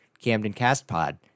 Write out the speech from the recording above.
camdencastpod